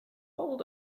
old